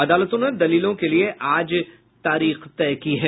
अदालत ने दलिलों के लिए आज तारीख तय की है